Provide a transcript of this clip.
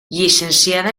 llicenciada